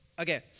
Okay